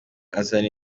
azana